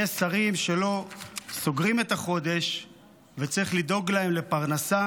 שרים שלא סוגרים את החודש וצריך לדאוג להם לפרנסה